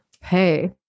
Hey